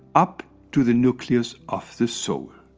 up to the nucleus of the soul.